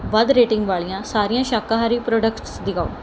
ਵੱਧ ਰੇਟਿੰਗ ਵਾਲ਼ੀਆਂ ਸਾਰੀਆਂ ਸ਼ਾਕਾਹਾਰੀ ਪ੍ਰੋਡਕਟਸ ਦਿਖਾਓ